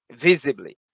visibly